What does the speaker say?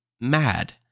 Mad